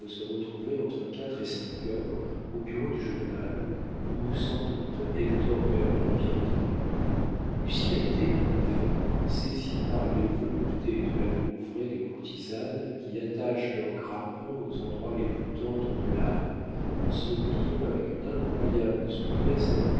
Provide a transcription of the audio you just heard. se retrouver entre quatre et cinq heures au bureau du journal où sans doute hector merlin viendrait lucien était en effet saisi par les voluptés de l'amour vrai des courtisanes qui attachent leurs grappins aux endroits les plus tendres de l'âme en se pliant avec une incroyable souplesse